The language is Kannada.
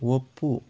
ಒಪ್ಪು